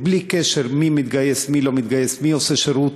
בלי קשר מי מתגייס, מי לא מתגייס, מי עושה שירות,